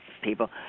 people